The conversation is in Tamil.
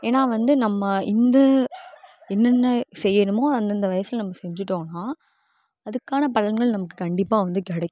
ஏன்னா வந்து நம்ம இந்த என்னன்ன செய்யணுமோ அந்த அந்த வயசில் நம்ப செஞ்சுவிட்டோம்னா அதற்கான பலன்கள் நமக்கு கண்டிப்பாக வந்து கிடைக்கும்